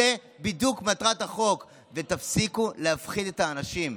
זו בדיוק מטרת החוק, ותפסיקו להפחיד את האנשים.